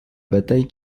bataille